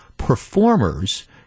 performers